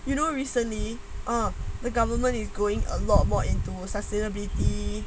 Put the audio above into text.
you know recently the government is going a lot more into sustainability